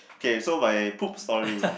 okay so my poop story